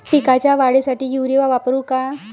पिकाच्या वाढीसाठी युरिया वापरू का?